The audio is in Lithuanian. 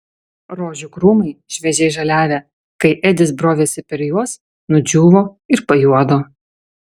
rožių krūmai šviežiai žaliavę kai edis brovėsi per juos nudžiūvo ir pajuodo